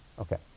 Okay